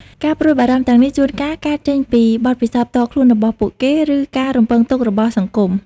ការព្រួយបារម្ភទាំងនេះជួនកាលកើតចេញពីបទពិសោធន៍ផ្ទាល់របស់ពួកគេ ឬការរំពឹងទុករបស់សង្គម។